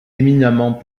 éminemment